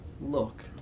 look